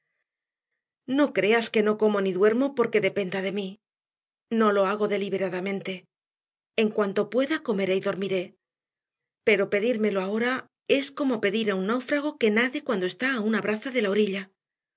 no creas que no como ni duermo porque dependa de mí no lo hago deliberadamente en cuanto pueda comeré y dormiré pero pedírmelo ahora es como pedir a un náufrago que nade cuando está a una braza de la orilla